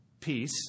peace